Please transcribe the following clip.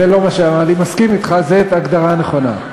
אני מסכים אתך, זאת הגדרה נכונה.